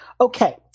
Okay